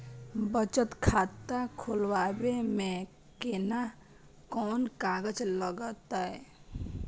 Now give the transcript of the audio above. बचत खाता खोलबै में केना कोन कागज लागतै?